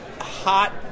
hot